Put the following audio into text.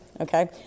okay